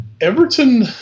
Everton